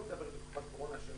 ואני לא מדבר על תקופת הקורונה,